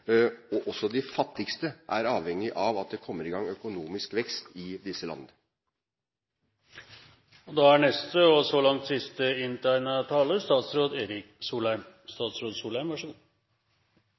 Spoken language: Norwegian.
Også de fattigste er avhengige av at det kommer i gang økonomisk vekst i disse landene. La meg understreke det siste poenget som Svein Roald Hansen hadde: Det er